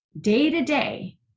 day-to-day